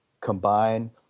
combine